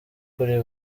kuri